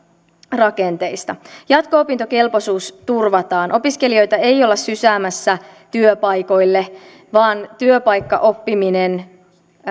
rakenteista jatko opintokelpoisuus turvataan opiskelijoita ei olla sysäämässä työpaikoille vaan työpaikkaoppiminen